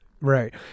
right